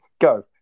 go